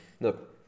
look